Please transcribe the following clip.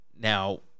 Now